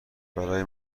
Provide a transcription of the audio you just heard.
برای